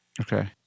Okay